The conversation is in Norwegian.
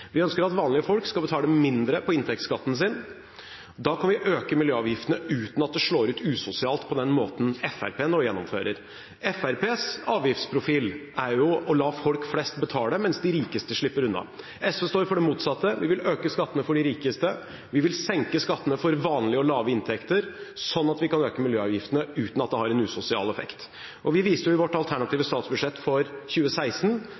Vi ønsker at vanlige folk skal betale mindre inntektsskatt. Da kan vi øke miljøavgiftene uten at det slår ut usosialt, på den måten Fremskrittspartiet nå gjennomfører. Fremskrittspartiets avgiftsprofil er jo å la folk flest betale, mens de rikeste slipper unna. SV står for det motsatte. Vi vil øke skattene for de rikeste, vi vil senke skattene for vanlige og lave inntekter, sånn at vi kan øke miljøavgiftene uten at det har en usosial effekt. Vi viste i vårt alternative statsbudsjett for 2016